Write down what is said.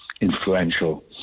influential